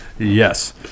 Yes